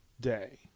day